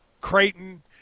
Creighton